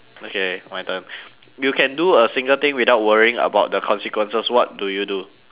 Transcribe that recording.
okay my turn you can do a single thing without worrying about the consequences what do you do